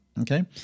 okay